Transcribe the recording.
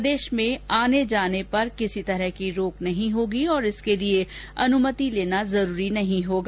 प्रदेश में आने जाने पर किसी तरह की रोक नहीं होगी और इसके लिए अनुमति लेना जरूरी नहीं होगा